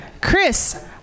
Chris